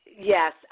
Yes